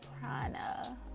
prana